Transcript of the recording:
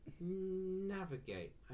Navigate